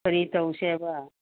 ꯀꯔꯤ ꯇꯧꯁꯦꯕ